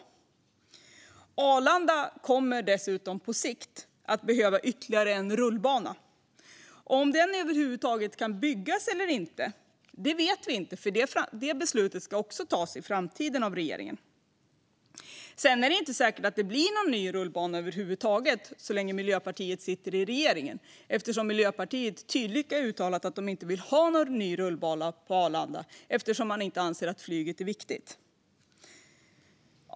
Arlanda kommer på sikt att behöva ytterligare en rullbana. Om den över huvud taget kan byggas vet vi inte, för det beslutet ska regeringen ta i framtiden. Det blir kanske inte heller någon ny rullbana så länge Miljöpartiet sitter i regeringen. Miljöpartiet har ju tydligt uttalat att man inte vill ha någon ny rullbana på Arlanda eftersom flyget inte är viktigt.